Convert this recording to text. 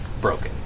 broken